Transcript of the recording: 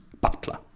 Butler